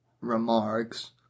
remarks